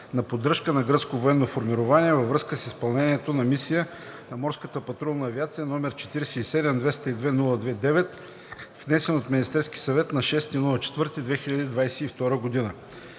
на поддръжка на гръцко военно формирование във връзка с изпълнението на мисия на Морската патрулна авиация, № 47-202-02-9, внесен от Министерския съвет на 6 април 2022 г.